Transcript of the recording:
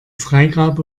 freigabe